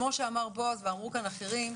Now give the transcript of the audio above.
כמו שאמר בועז ואמרו כאן אחרים,